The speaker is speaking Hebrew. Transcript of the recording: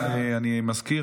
אני מזכיר,